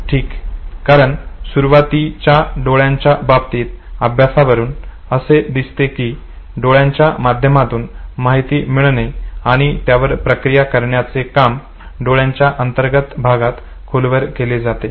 ठीक कारण सुरुवातीच्या डोळ्यांच्या बाबतीतील अभ्यासावरून असे दिसते की डोळ्यांच्या माध्यमातून माहिती मिळणे आणि त्यावर प्रक्रिया करण्याचे काम डोळ्याच्या अंतर्गत भागात खोलवर केले जाते